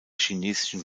chinesischen